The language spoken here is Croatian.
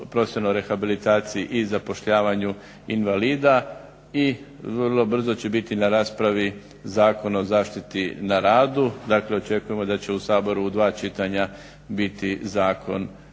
profesionalnoj rehabilitaciji i zapošljavanju invalida. I vrlo brzo će biti na raspravi Zakon o zaštiti na radu. Dakle, očekujemo da će u Sabor u dva čitanja biti zakon